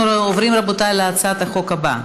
רבותי, אנחנו עוברים להצעת החוק הבאה: